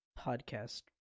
podcast